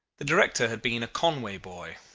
the director had been a conway boy,